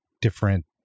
different